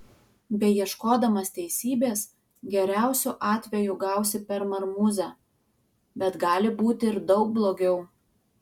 beieškodamas teisybės geriausiu atveju gausi per marmuzę bet gali būti ir daug blogiau